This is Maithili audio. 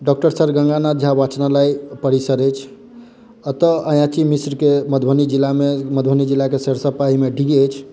डॉक्टर सर गंगानाथ झा वाचनालय परिसर अछि अतय अयाची मिश्र के मधुबनी जिला मे मधुबनी जिला के सरिसव पाहि मे डीह अछि